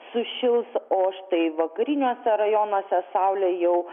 sušils o štai vakariniuose rajonuose saulė jau